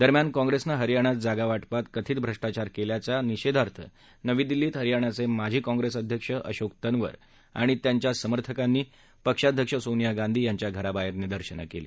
दरम्यान काँप्रेसने हरयाणात जागावाटपात कथित भ्रष्टाचार केल्याच्या निषेधार्थ नवी दिल्लीत हरयाणाचे माजी काँप्रेस अध्यक्ष अशोक तन्वर आणि त्यांच्या समर्थकांनी पक्षाध्यक्ष सोनिया गांधी यांच्या घरावाहेर निदर्शनं केली